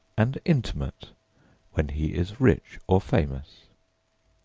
and intimate when he is rich or famous.